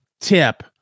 tip